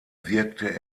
wirkte